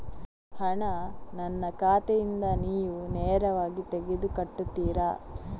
ಹಣ ನನ್ನ ಖಾತೆಯಿಂದ ನೀವು ನೇರವಾಗಿ ತೆಗೆದು ಕಟ್ಟುತ್ತೀರ?